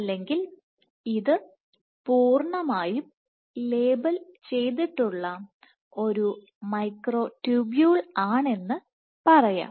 അല്ലെങ്കിൽ ഇത് പൂർണ്ണമായും ലേബൽ ചെയ്തിട്ടുള്ള ഒരു മൈക്രോട്യൂബുളാണെന്ന് പറയാം